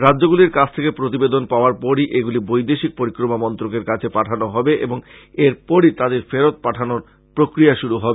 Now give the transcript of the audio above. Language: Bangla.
রাজ্যগুলির কাছ থেকে প্রতিবেদন পাওয়াার পর এগুলি বৈদেশিক পরিক্রমা মন্ত্রকের কাছে পাঠানো হবে এবং এর পরই তাদের ফেরত পাঠানোর প্রক্রিয়া শুরু হবে